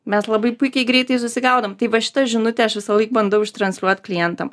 mes labai puikiai greitai susigaudom tai va šitą žinutę aš visąlaik bandau ištransliuot klientam